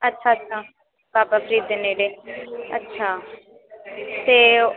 ਅੱਛਾ ਅੱਛਾ ਬਾਬਾ ਫਰੀਦ ਦੇ ਨੇੜੇ ਅੱਛਾ ਅਤੇ